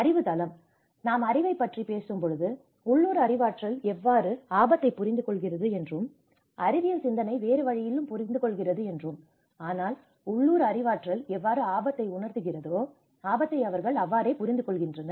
அறிவு தளம் நாம் அறிவைப் பற்றி பேசும்போது உள்ளூர் அறிவாற்றல் எவ்வாறு ஆபத்தை புரிந்துகொள்கிறது என்றோ அறிவியல் சிந்தனை வேறு வழியிலும் புரிந்துகொள்கிறது என்றோம் ஆனால் உள்ளூர் அறிவாற்றல் எவ்வாறு ஆபத்தை உணர்த்துகிறதோ ஆபத்தை அவர்கள் அவ்வாறே புரிந்து கொள்கின்றனர்